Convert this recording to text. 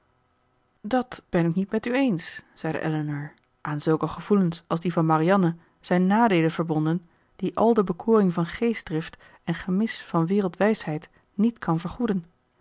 dàt ben ik niet met u eens zeide elinor aan zulke gevoelens als die van marianne zijn nadeelen verbonden die al de bekoring van geestdrift en gemis van wereldwijsheid niet kan vergoeden